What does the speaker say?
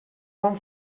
bon